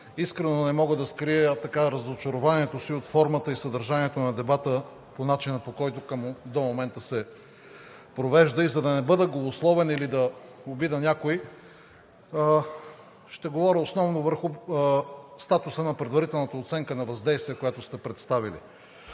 искрено не мога да скрия разочарованието си от формата и съдържанието на дебата по начина, по който до момента се провежда. За да не бъда голословен или да обидя някого, ще говоря основно върху статуса на предварителната оценка на въздействие, която сте представили.